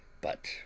But